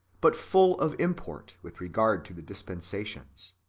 but full of import with regard to the dispensations.